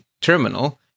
terminal